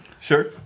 sure